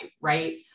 right